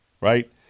right